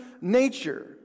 nature